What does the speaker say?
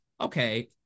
Okay